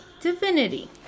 divinity